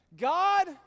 God